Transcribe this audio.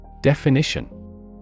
Definition